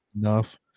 Enough